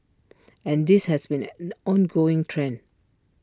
and this has been an an ongoing trend